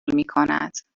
میکند